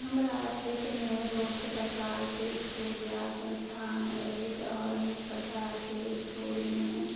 हमरा क्षेत्रमे बहुत प्रकारके इसकुल या संस्थान अछि आओर अनेक प्रकारके इसकुलमे